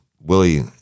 Willie